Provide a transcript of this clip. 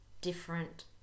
different